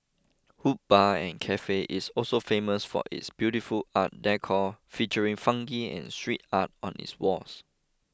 Hood Bar and Cafe is also famous for its beautiful art decor featuring funky and street art on its walls